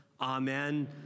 amen